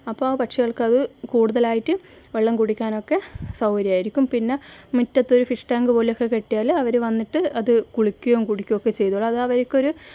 അപ്പോൾ പക്ഷികൾക്ക് അത് കൂടുതലായിട്ട് വെള്ളം കുടിക്കാനൊക്കെ സൗകര്യമായിരിക്കും പിന്നെ മുറ്റത്തൊരു ഫിഷ് ടാങ്ക് പോലെ ഒക്കെ കെട്ടിയാൽ അവർ വന്നിട്ട് അത് കുളിക്കുകയും കുടിക്കുകയും ഒക്കെ ചെയ്തോളും അത് അവർക്കൊരു